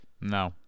no